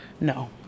no